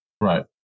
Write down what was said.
Right